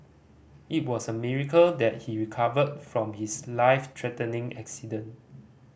it was a miracle that he recovered from his life threatening accident